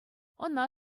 ӑна